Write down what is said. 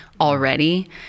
already